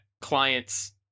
clients